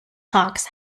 talks